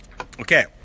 Okay